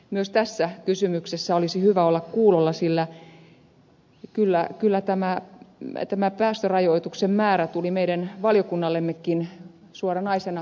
myös tässä kysymyksessä olisi hyvä olla kuulolla sillä kyllä tämä päästörajoituksen määrä tuli meidän valiokunnallemmekin suoranaisena yllätyksenä